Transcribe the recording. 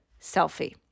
selfie